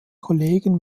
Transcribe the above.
kollegen